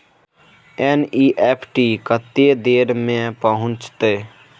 NEFT कत्ते देर में पहुंचतै?